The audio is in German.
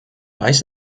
weiß